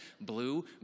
blue